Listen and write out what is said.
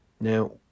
now